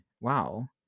wow